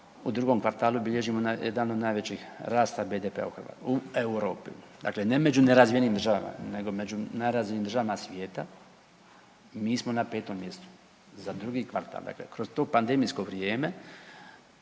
u drugom kvartalu bilježimo jedan od najvećih rasta BDP-a u Europi, dakle ne među nerazvijenim državama nego među najrazvijenijim državama svijeta mi smo na 5. mjestu za drugi kvartal. Dakle, kroz to pandemijsko vrijeme